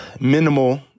minimal